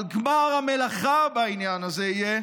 אבל גמר המלאכה בעניין הזה יהיה